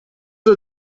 are